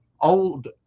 old